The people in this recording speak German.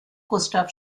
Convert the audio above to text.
gustav